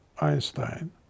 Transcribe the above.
Einstein